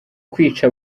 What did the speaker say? kwica